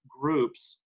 groups